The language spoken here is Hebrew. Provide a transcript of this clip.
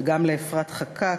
וגם לאפרת חקאק,